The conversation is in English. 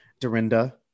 Dorinda